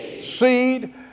seed